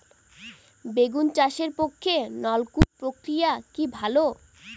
বেগুন চাষের পক্ষে নলকূপ প্রক্রিয়া কি ভালো?